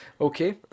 Okay